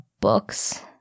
books